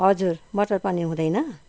हजुर मटर पनिर हुँदैन